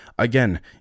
Again